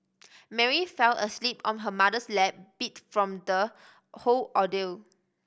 Mary fell asleep on her mother's lap beat from the whole ordeal